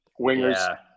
wingers